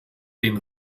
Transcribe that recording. den